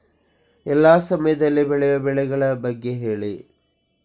ಎಲ್ಲಾ ಸಮಯದಲ್ಲಿ ಬೆಳೆಯುವ ಬೆಳೆಗಳ ಬಗ್ಗೆ ಹೇಳಿ